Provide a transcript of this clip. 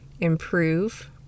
improve